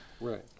Right